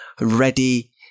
ready